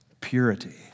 purity